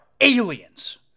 aliens